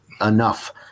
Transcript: enough